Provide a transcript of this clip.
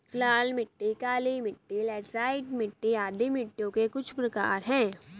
लाल मिट्टी, काली मिटटी, लैटराइट मिट्टी आदि मिट्टियों के कुछ प्रकार है